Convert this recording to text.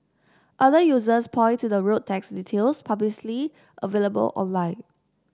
other users point to the road tax details publicly available online